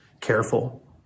careful